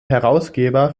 herausgeber